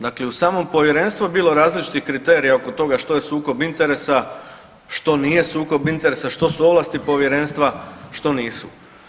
Dakle i u samom Povjerenstvu je bilo različitih kriterija oko toga što je sukob interesa, što nije sukob interesa, što su ovlasti Povjerenstva, što nisu.